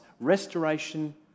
restoration